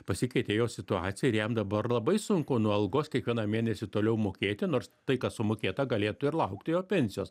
pasikeitė jo situacija ir jam dabar labai sunku nuo algos kiekvieną mėnesį toliau mokėti nors tai kas sumokėta galėtų ir laukti jo pensijos